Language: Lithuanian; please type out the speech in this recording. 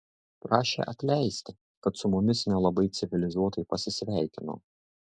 prašė atleisti kad su mumis nelabai civilizuotai pasisveikino